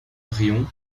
riom